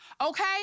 okay